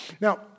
Now